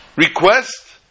request